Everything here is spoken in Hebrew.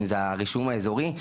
אם זה הרישום האזורי,